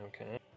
okay